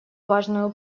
важную